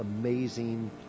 amazing